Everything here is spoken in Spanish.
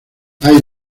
hay